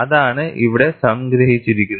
അതാണ് ഇവിടെ സംഗ്രഹിച്ചിരിക്കുന്നത്